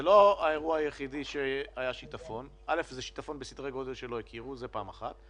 זה שיטפון בסדרי גודל שלא הכירו, זה פעם אחת.